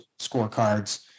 scorecards